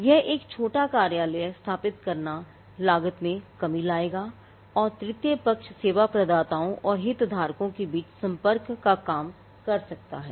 यह एक छोटा कार्यालय स्थापित करना लागत में कमी लाएगा और तृतीय पक्ष सेवा प्रदाताओं और हितधारकों के बीच संपर्क का काम कर सकते हैं